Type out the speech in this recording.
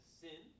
sin